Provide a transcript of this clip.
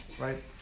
right